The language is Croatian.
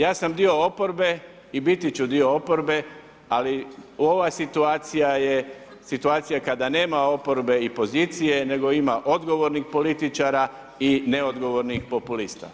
Ja sam dio oporbe i biti ću dio oporbe, ali ova situacija je, situacija kada nema oporbe i pozicije nego ima odgovornih političara i neodgovornih populista.